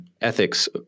ethics